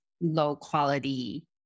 low-quality